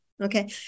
Okay